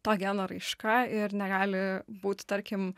to geno raiška ir negali būt tarkim